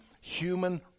human